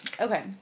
Okay